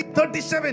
37